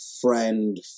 friend